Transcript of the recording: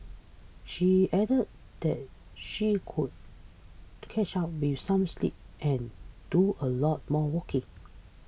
she added that she could catch up with some sleep and do a lot more walking